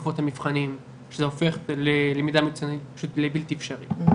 בתקופות המבחנים שזה הופך למידה למצוינות לבלתי אפשרית ,